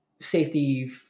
safety